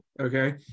Okay